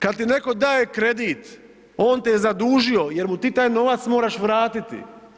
Kad ti neko daje kredit on te je zadužio jer mu ti taj novac moraš vratiti.